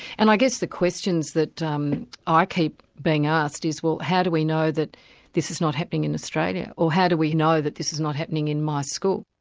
and i guess the questions that um ah i keep being asked is well how do we know that this is not happening in australia? or how do we know that this is not happening in my school?